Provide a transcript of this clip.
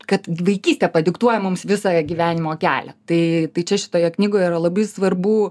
kad vaikystė padiktuoja mums visą gyvenimo kelią tai tai čia šitoje knygoje yra labai svarbu